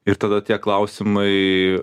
ir tada tie klausimai